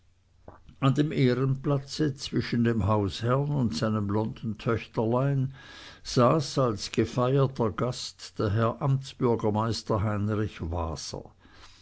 an dem ehrenplatze zwischen dem hausherrn und seinem blonden töchterlein saß als gefeierter gast der herr amtsbürgermeister heinrich waser